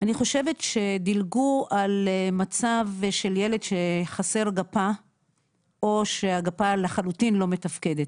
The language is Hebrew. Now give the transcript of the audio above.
שדילגו על מצב של ילד שחסר גפה או שהגפה לחלוטין לא מתפקדת